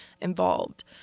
involved